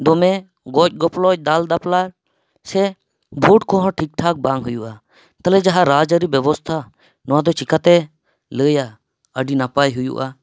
ᱫᱚᱢᱮ ᱜᱚᱡᱼᱜᱚᱯᱚᱡ ᱫᱟᱞᱼᱫᱟᱯᱟᱞ ᱥᱮ ᱵᱷᱳᱴ ᱠᱚᱦᱚᱸ ᱴᱷᱤᱠ ᱴᱷᱟᱠ ᱵᱟᱝ ᱦᱩᱭᱩᱜᱼᱟ ᱛᱟᱦᱚᱞᱮ ᱡᱟᱦᱟᱸ ᱨᱟᱡᱽᱼᱟᱹᱨᱤ ᱵᱮᱵᱚᱥᱛᱷᱟ ᱱᱚᱣᱟ ᱫᱚ ᱪᱮᱠᱟᱛᱮ ᱞᱟᱹᱭᱟ ᱟᱹᱰᱤ ᱱᱟᱯᱟᱭ ᱦᱩᱭᱩᱜᱼᱟ